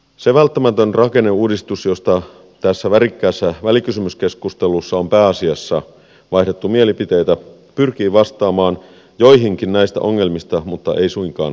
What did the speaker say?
se välttämätön rakenneuudistus josta tässä värikkäässä välikysymyskeskustelussa on pääasiassa vaihdettu mielipiteitä pyrkii vastaamaan joihinkin näistä ongelmista mutta ei suinkaan kaikkiin